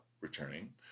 returning